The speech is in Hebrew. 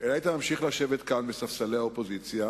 אלא היית ממשיך לשבת כאן בספסלי האופוזיציה,